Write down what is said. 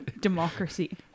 democracy